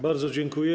Bardzo dziękuję.